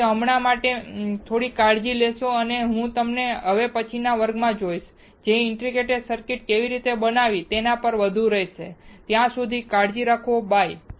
તેથી હમણાં માટે તમે લોકો કાળજી લેશો અને હું તમને હવે પછીના વર્ગમાં જોઈશ જે ઇન્ટિગ્રેટેડ સર્કિટ કેવી રીતે બનાવવી તેના પર વધુ રહેશે ત્યાં સુધી તમે કાળજી લો બાય